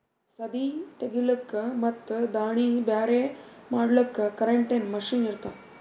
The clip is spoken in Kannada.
ಸದೀ ತೆಗಿಲುಕ್ ಮತ್ ದಾಣಿ ಬ್ಯಾರೆ ಮಾಡಲುಕ್ ಕರೆಂಟಿನ ಮಷೀನ್ ಇರ್ತಾವ